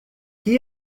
que